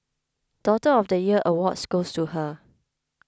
Daughter of the Year Awards goes to her